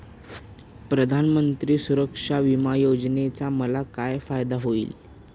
प्रधानमंत्री सुरक्षा विमा योजनेचा मला काय फायदा होईल?